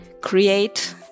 create